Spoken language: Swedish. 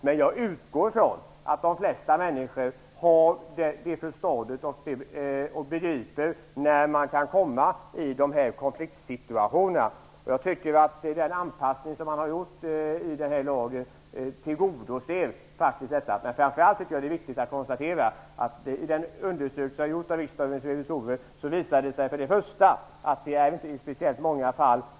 Men jag utgår från att de flesta människor begriper när man kan komma i sådana konfliktsituationer. Den anpassning man gjort tillgodoser detta. Men det är framför allt viktigt att konstatera att det, i den undersökning som gjorts av riksdagens revisorer, för det första visar sig att det inte rör sig om är speciellt många fall.